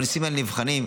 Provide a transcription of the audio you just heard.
הנושאים האלה נבחנים.